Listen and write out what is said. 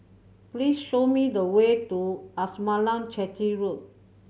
please show me the way to Amasalam Chetty Road